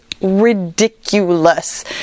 ridiculous